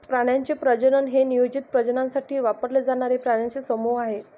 प्राण्यांचे प्रजनन हे नियोजित प्रजननासाठी वापरले जाणारे प्राण्यांचे समूह आहे